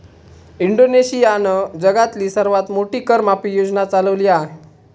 इंडोनेशियानं जगातली सर्वात मोठी कर माफी योजना चालवली हा